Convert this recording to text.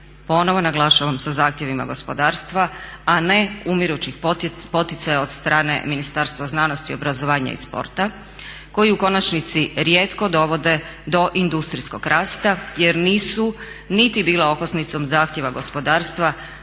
ponovo naglašavam, sa zahtjevima gospodarstva, a ne umirućih poticaja od strane Ministarstva znanosti, obrazovanja i sporta koji u konačnici rijetko dovode do industrijskog rasta jer nisu niti bile okosnicom zahtjeva gospodarstva